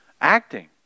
acting